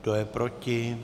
Kdo je proti?